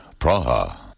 Praha